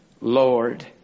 Lord